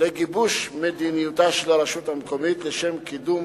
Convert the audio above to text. לגיבוש מדיניותה של הרשות המקומית לשם קידום